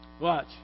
Watch